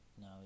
now